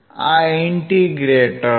આ ઇન્ટીગ્રેટર છે